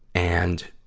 and